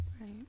Right